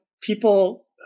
people